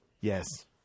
Yes